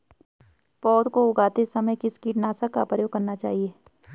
पौध को उगाते समय किस कीटनाशक का प्रयोग करना चाहिये?